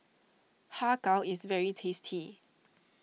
Har Kow is very tasty